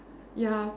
ya